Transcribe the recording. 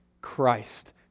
Christ